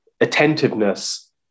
attentiveness